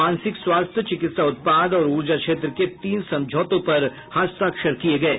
मानसिक स्वास्थ्य चिकित्सा उत्पाद और ऊर्जा क्षेत्र के तीन समझौतों पर हस्ताक्षर किये गये